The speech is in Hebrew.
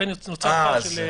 לכן נוצר פער.